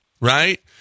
right